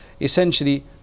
essentially